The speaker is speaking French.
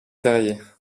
terrier